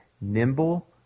nimble